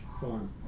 farm